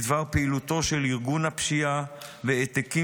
בדבר פעילותו של ארגון הפשיעה והעתקים